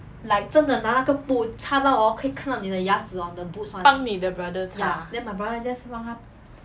帮你的 brother 擦 ah